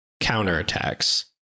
counterattacks